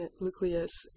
nucleus